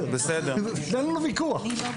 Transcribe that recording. הישיבה ננעלה